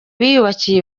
biyubakiye